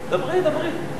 דברי, דברי.